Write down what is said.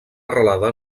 arrelada